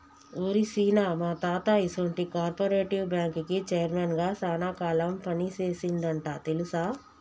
ఓరి సీన, మా తాత ఈసొంటి కార్పెరేటివ్ బ్యాంకుకి చైర్మన్ గా సాన కాలం పని సేసిండంట తెలుసా